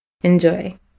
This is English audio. Enjoy